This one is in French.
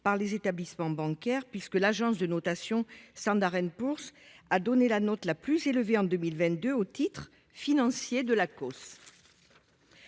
par les établissements bancaires, puisque l’agence de notation Standard & Poor’s a donné la note la plus élevée en 2022 aux titres financiers de l’Acoss.